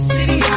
City